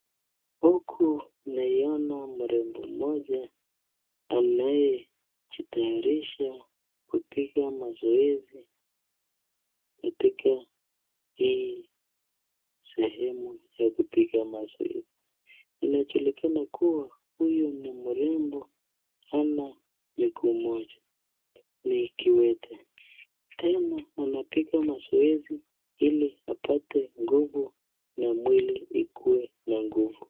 Huku naona mrembo mmoja anayejitayarisha kupiga mazoezi katika hii sehemu ya kupiga mazoezi. Inajulikana kuwa huyu ni mrembo hana mguu moja ni kiwete tena anapiga mazoezi ili apate nguvu na mwili ikuwe na nguvu.